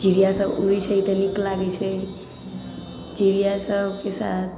चिड़िआ सब उड़ै छै तऽ नीक लागै छै चिड़िआ सबके साथ